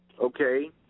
Okay